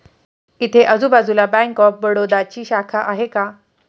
इथे आजूबाजूला bank of बडोदाची शाखा आहे का?